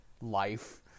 life